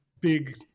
big